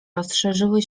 rozszerzyły